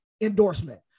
endorsement